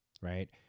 right